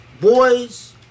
boys